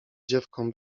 dziewką